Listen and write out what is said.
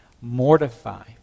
Mortify